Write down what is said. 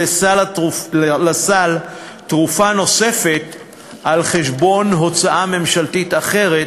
לסל תרופה נוספת על חשבון הוצאה ממשלתית אחרת,